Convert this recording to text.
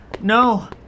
No